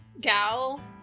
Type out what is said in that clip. gal